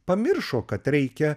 pamiršo kad reikia